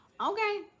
Okay